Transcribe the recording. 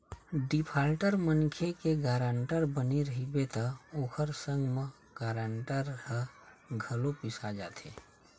defaulter मनखे के guarantor बने रहिबे त ओखर संग म गारंटर ह घलो पिसा जाथे